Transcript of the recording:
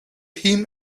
him